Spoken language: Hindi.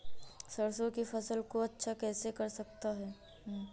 सरसो की फसल को अच्छा कैसे कर सकता हूँ?